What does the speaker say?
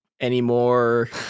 anymore